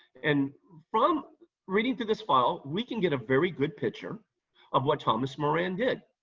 and from reading through this file, we can get a very good picture of what thomas moran did,